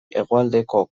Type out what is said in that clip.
hegoaldeko